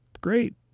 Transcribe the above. great